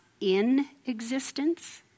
in-existence